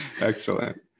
excellent